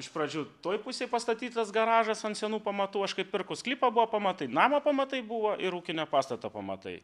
iš pradžių toj pusėj pastatytas garažas ant senų pamatų aš kaip pirkau sklypą buvo pamatai namo pamatai buvo ir ūkinio pastato pamatai